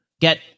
get